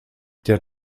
der